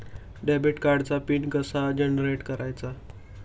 Debit कार्डचा pin कसा generate करायचा?